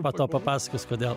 va tau papasakos kodėl